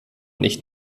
nicht